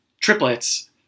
triplets